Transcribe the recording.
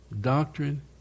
doctrine